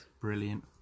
Brilliant